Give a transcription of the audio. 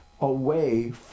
away